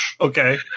Okay